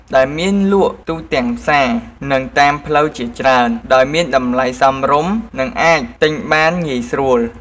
ដែលមានលក់ទូទាំងផ្សារ និងតាមផ្លូវជាច្រើន ដោយមានតម្លៃសមរម្យ និងអាចទិញបានងាយស្រួល។